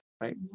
Right